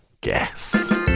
guess